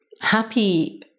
happy